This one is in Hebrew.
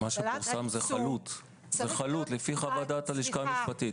מה שפורסם הוא חלוט לפי חוות דעת הלשכה המשפטית.